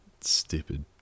stupid